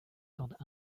tendent